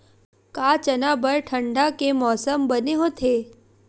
का चना बर ठंडा के मौसम बने होथे?